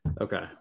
okay